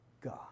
God